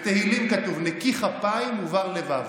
בתהילים כתוב "נקי כפים ובר לבב".